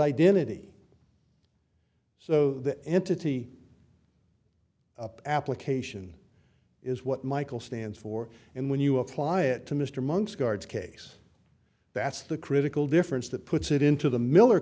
identity so the entity application is what michael stands for and when you apply it to mr monk's guards case that's the critical difference that puts it into the miller